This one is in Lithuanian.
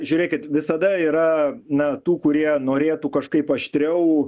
žiūrėkit visada yra na tų kurie norėtų kažkaip aštriau